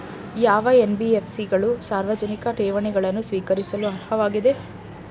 ಯಾವ ಎನ್.ಬಿ.ಎಫ್.ಸಿ ಗಳು ಸಾರ್ವಜನಿಕ ಠೇವಣಿಗಳನ್ನು ಸ್ವೀಕರಿಸಲು ಅರ್ಹವಾಗಿವೆ?